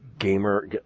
Gamer